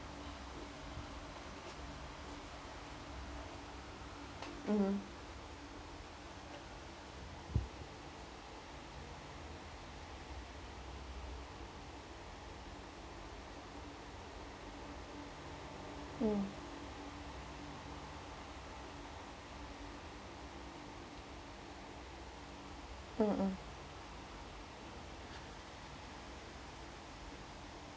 mmhmm mm mmhmm ya